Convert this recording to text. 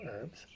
Herbs